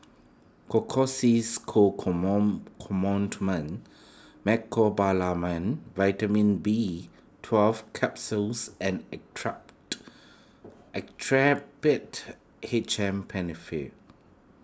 Co Ointment Mecobalamin Vitamin B Twelve Capsules and Actrapid Actrapid H M Penfill